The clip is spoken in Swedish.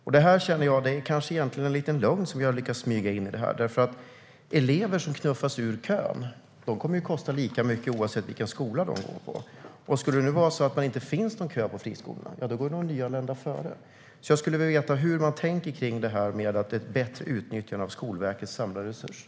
Jag känner att det kanske är en liten lögn som har lyckats smyga sig in. Elever som knuffas ur kön kommer att kosta lika mycket oavsett vilken skola de går på. Skulle det nu vara så att det inte finns någon kö till friskolorna går de nyanlända före. Jag skulle vilja veta hur man tänker kring ett bättre utnyttjande av skolväsendets samlade resurser.